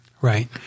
right